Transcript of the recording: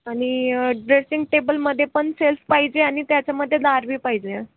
आणि ड्रेसिंग टेबलमध्ये पण सेल्फ पाहिजे आणि त्याच्यामध्ये दारबी पाहिजे आहे